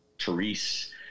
Therese